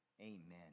Amen